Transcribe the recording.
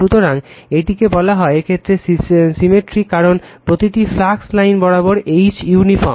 সুতরাং এটিকে বলা হয় এই ক্ষেত্রে সিমেট্রির কারণে প্রতিটি ফ্লাক্স লাইন বরাবর H ইউনিফর্ম